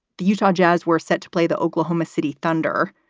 the utah jazz were set to play the oklahoma city thunder.